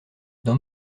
dans